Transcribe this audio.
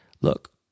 look